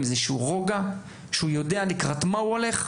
איזשהו רוגע שהוא יודע לקראת מה הוא הולך,